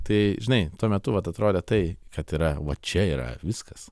tai žinai tuo metu vat atrodė tai kad yra va čia yra viskas